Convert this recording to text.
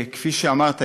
כפי שאמרת,